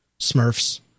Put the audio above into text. Smurfs